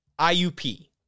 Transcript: IUP